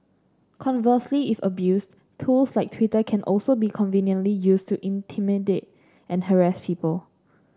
conversely if abused tools like Twitter can also be conveniently used to intimidate and harass people